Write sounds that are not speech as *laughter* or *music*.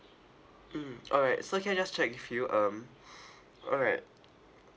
mm alright so can I just check with you um *breath* alright